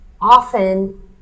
often